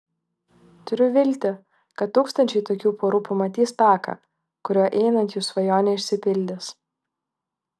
turiu viltį kad tūkstančiai tokių porų pamatys taką kuriuo einant jų svajonė išsipildys